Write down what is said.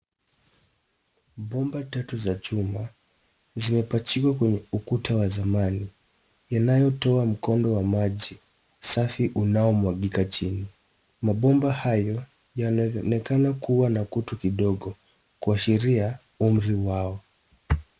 Bomba tatu za chuma zimepachikwa kwenye ukuta wa zamani yanayotoa mkondo wa maji safi unaomwagika chini. Mabomba hayo yanaonekana kuwa na kutu kidogo kuashiria umri wao.